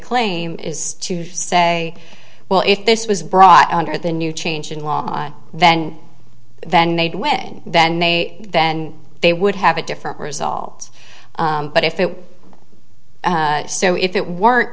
claim is to say well if this was brought under the new change in law then they'd win then they then they would have a different result but if it were so if it weren't